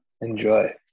enjoy